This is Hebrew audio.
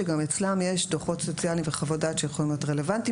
שגם אצלן יש דוחות סוציאליים וחוות-דעת שיכולים להיות רלוונטיים.